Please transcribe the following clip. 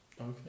Okay